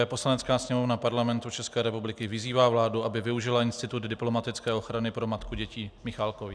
Poslanecká sněmovna Parlamentu České republiky vyzývá vládu, aby využila institut diplomatické ochrany pro matku dětí Michálkových.